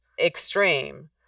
extreme